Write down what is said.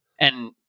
and-